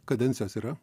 kadencijos yra